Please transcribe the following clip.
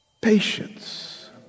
patience